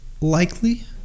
likely